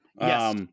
Yes